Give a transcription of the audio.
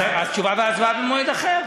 אז תשובה והצבעה במועד אחר.